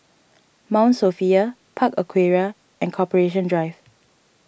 Mount Sophia Park Aquaria and Corporation Drive